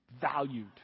valued